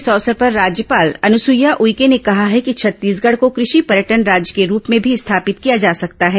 इस अवसर पर राज्यपाल अनुसुईया उइके ने कहा है कि छत्तीसगढ़ को कृषि पर्यटन राज्य के रूप में भी स्थापित किया जा सकता है